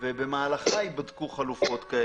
ובמהלכה תיבדקנה החלופות השונות.